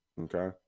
Okay